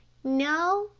no,